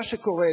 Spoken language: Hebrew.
מה שקורה,